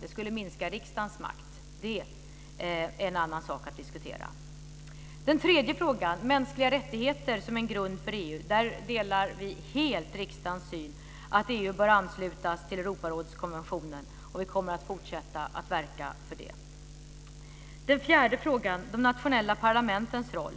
Det skulle minska riksdagens makt. Det är en annan sak att diskutera. Den tredje frågan gäller mänskliga rättigheter som en grund för EU. Där delar vi helt riksdagens syn, att EU bör anslutas till Europarådskonventionen, och vi kommer att fortsätta att verka för det. Den fjärde frågan gäller de nationella parlamentens roll.